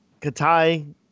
Katai